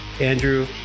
Andrew